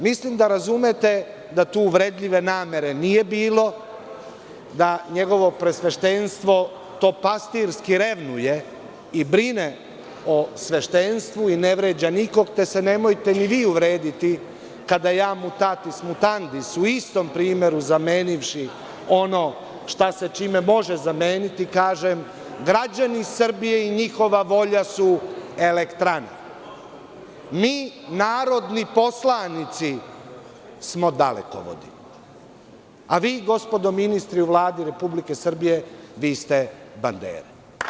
Mislim da razumete da tu uvredljive namere nije bilo, da njegovo preosveštenstvo to pastirski revnuje i brine o sveštenstvu i ne vređa nikog, te se nemojte ni vi uvrediti, kada ja „mutatis mutandis“ u istom primeru, zamenivši ono šta se čime može zameniti, kažem – građani Srbije i njihova volja su elektrane, mi narodni poslanici smo dalekovodi, a vi, gospodo ministri u Vladi Republike Srbije, ste bandere.